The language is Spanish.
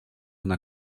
una